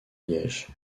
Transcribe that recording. liège